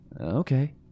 okay